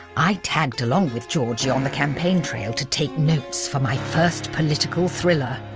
i tagged along with georgie on the campaign trail to take notes for my first political thriller!